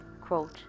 quote